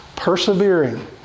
persevering